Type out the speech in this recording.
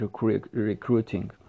recruiting